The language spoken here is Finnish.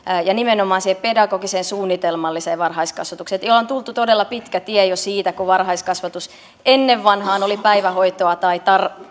ja nimenomaan siihen pedagogiseen suunnitelmalliseen varhaiskasvatukseen ollaan jo tultu todella pitkä tie siitä kun varhaiskasvatus ennen vanhaan oli päivähoitoa tai